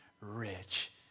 rich